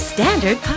Standard